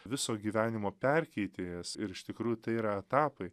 viso gyvenimo perkeitėjas ir iš tikrųjų tai yra etapai